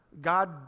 god